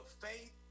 faith